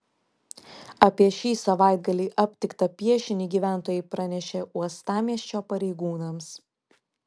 apie šį savaitgalį aptiktą piešinį gyventojai pranešė uostamiesčio pareigūnams